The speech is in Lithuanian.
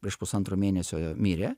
prieš pusantro mėnesio mirė